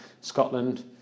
Scotland